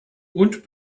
und